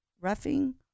roughing